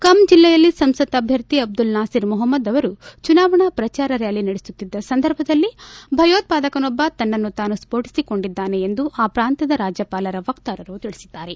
ಕಮ ಜಿಲ್ಲೆಯಲ್ಲಿ ಸಂಸತ್ ಅಭ್ಲರ್ಥಿ ಅಬ್ದುಲ್ ನಾಸಿರ್ ಮೊಹಮ್ನದ್ ಅವರು ಚುನಾವಣಾ ಪ್ರಚಾರ ರ್ನಾಲಿ ನಡೆಸುತ್ತಿದ್ದ ಸಂದರ್ಭದಲ್ಲಿ ಭಯೋತ್ವಾದಕನೊಬ್ಬ ತನ್ನನ್ನು ತಾನು ಸ್ವೋಟಿಸಿಕೊಂಡಿದ್ದಾನೆ ಎಂದು ಆ ಪ್ರಾಂತ್ವದ ರಾಜ್ಞಪಾಲರ ವಕ್ತಾರರು ತಿಳಿಸಿದ್ದಾರೆ